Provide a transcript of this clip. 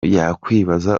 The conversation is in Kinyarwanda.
yakwibaza